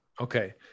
okay